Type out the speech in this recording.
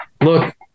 look –